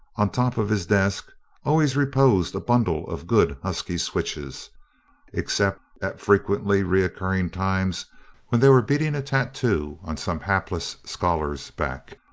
on top of his desk always reposed a bundle of good husky switches except at frequently recurring times when they were beating a tattoo on some hapless scholar's back.